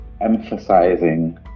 emphasizing